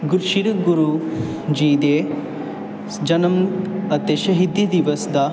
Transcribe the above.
ਗੁਰ ਸ਼੍ਰੀ ਗੁਰੂ ਜੀ ਦੇ ਜਨਮ ਅਤੇ ਸ਼ਹੀਦੀ ਦਿਵਸ ਦਾ